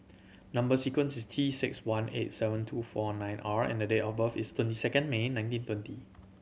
number sequence is T six one eight seven two four nine R and the date of birth is twenty second May nineteen twenty